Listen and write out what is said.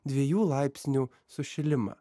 dviejų laipsnių sušilimą